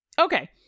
Okay